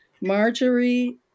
Marjorie